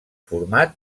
format